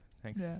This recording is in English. Thanks